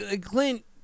Clint